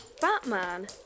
Batman